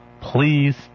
please